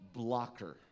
blocker